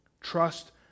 Trust